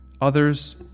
others